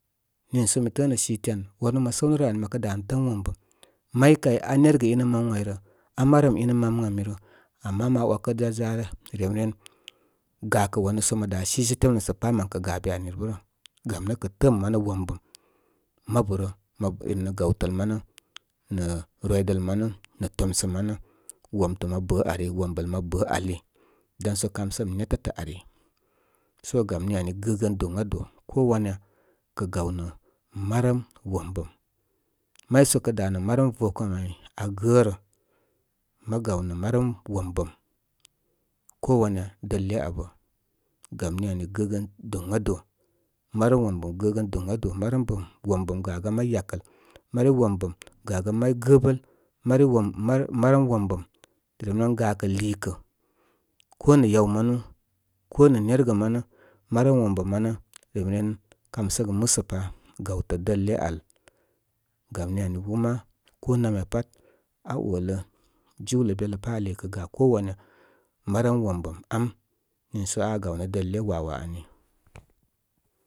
Niisə mi təə nə site an, wanu mə səw nə rə ani mə kə danə təəm wom bəm, may kay aa nergə inə mawən ay rə, da marəm inə mam ən am rə, ama ma yonkə dá za da remren gakə wasə ma dá sisə temlə sə pá mən kə ga be ani bə rə. Gamnə kə təəm manə wombəm. Mabu rə mə nə gawtəl manə nə rwidəl manə, nə tomsə manə womtə mə bə ari wombəl mə bə ali, danso kam səm nétə ari. So gam ni ani gəgən doŋado ko wanya kə gaw nə marəm wom bəm. May so kə dá nə nə marəm vokəm ay aa gərə mə gaw nə marəm wom bəm. Ko wanya dəle abə. Gam ni ani gəgən doŋado. Marəm wombəm gəgən doŋadoo, marəm wombəm gagan may yakəl marəm wombəm gagan may gəbəl mari wom mari, marəm wombəm rem ren gakə liikə ko nə yaw manu, ko nə nergə ma nə, marəm wom bəm manə remren kam səgə musə pa gawtəl dəle al. Gam ni ani, bə má ko namya pat, aa olə jiwlə belə pá li kə ga ko wanya marəm wom bəm am, niiso aa gawnə dəle wawa ani.